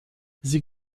sie